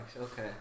okay